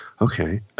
Okay